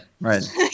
right